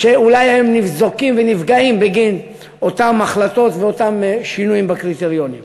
שאולי הם ניזוקים ונפגעים בגין אותן החלטות ואותם שינויים בקריטריונים.